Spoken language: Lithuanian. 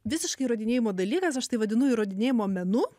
visiškai įrodinėjimo dalykas aš tai vadinu įrodinėjimo menu